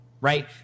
right